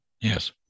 Yes